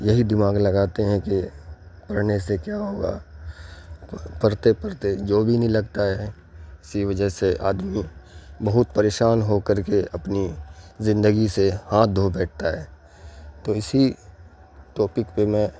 یہی دماغ لگاتے ہیں کہ پڑھنے سے کیا ہوگا پرھتے پرھتے جاب ہی نہیں لگتا ہے اسی وجہ سے آدمی بہت پریشان ہو کر کے اپنی زندگی سے ہاتھ دھو بیٹھتا ہے تو اسی ٹاپک پہ میں